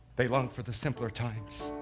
they long for the simpler times.